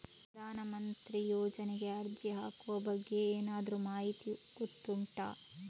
ಪ್ರಧಾನ ಮಂತ್ರಿ ಯೋಜನೆಗೆ ಅರ್ಜಿ ಹಾಕುವ ಬಗ್ಗೆ ಏನಾದರೂ ಮಾಹಿತಿ ಗೊತ್ತುಂಟ?